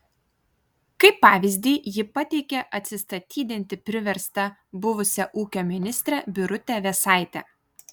kaip pavyzdį ji pateikė atsistatydinti priverstą buvusią ūkio ministrę birutę vėsaitę